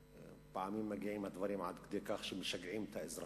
פעמים מגיעים הדברים עד כדי כך שמשגעים את האזרחים,